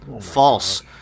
false